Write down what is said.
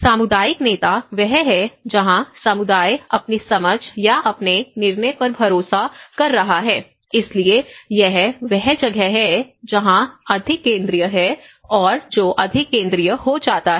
सामुदायिक नेता वह है जहां समुदाय अपनी समझ या अपने निर्णय पर भरोसा कर रहा है इसलिए यह वह जगह है जहां अधिक केंद्रीय है जो अधिक केंद्रीय हो जाता है